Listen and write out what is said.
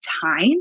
time